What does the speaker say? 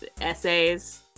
Essays